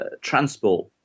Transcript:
transport